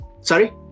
Sorry